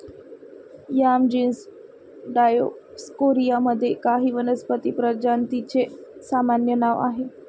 yam genus Dioscorea मध्ये काही वनस्पती प्रजातींचे सामान्य नाव आहे